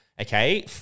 okay